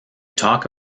talk